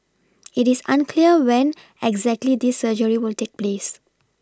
it is unclear when exactly this surgery will take place